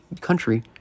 country